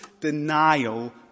denial